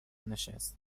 نشست